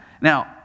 Now